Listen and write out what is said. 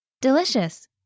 Delicious